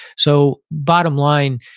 so, bottom line,